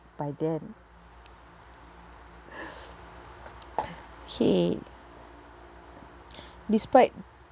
by then K despite